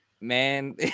man